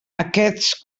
aquests